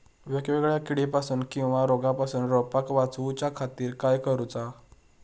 वेगवेगल्या किडीपासून किवा रोगापासून रोपाक वाचउच्या खातीर काय करूचा?